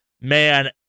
Man